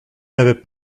n’avaient